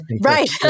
Right